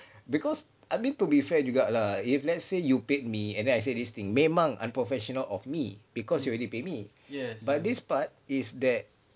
because I mean to be fair juga lah if let's say you paid me and then I say this thing memang unprofessional of me because you already pay me but this part is that